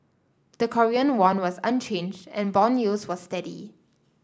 the Korean won was unchanged and bond yields were steady